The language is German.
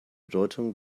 deutungen